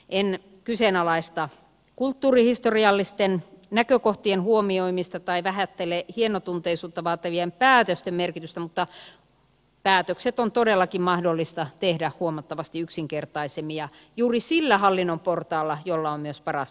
en kyseenalaista kulttuurihistoriallisten näkökohtien huomioimista tai vähättele hienotunteisuutta vaativien päätösten merkitystä mutta päätökset on todellakin mahdollista tehdä huomattavasti yksinkertaisemmin ja juuri sillä hallinnon portaalla jolla on myös paras asiantuntemus